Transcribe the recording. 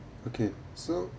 okay so